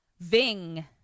Ving